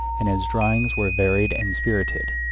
and his drawings were varied and spirited.